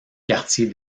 quartier